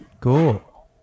Cool